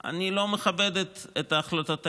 אני לא מכבדת את החלטותייך.